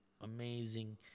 Amazing